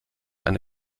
eine